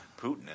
Putin